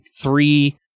three